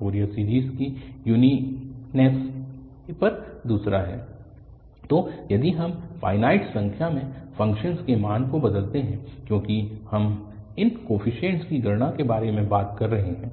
Fourier series की uniqueness पर दूसरा है तो यदि हम फ़ाइनाइट संख्या में फ़ंक्शन के मान को बदलते हैं क्योंकि हम इन कोफीशिएंट्स की गणना के बारे में बात कर रहे हैं